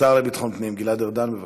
השר לביטחון פנים גלעד ארדן, בבקשה.